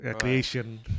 creation